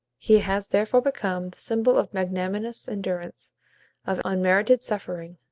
he has therefore become the symbol of magnanimous endurance of unmerited suffering,